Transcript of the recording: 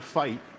fight